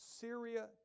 Syria